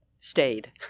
stayed